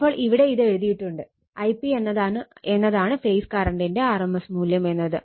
അപ്പോൾ ഇവിടെ ഇത് എഴുതിയിട്ടുണ്ട് Ip എന്നതാണ് ഫേസ് കറണ്ടിന്റെ rms മൂല്യം എന്നത്